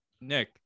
nick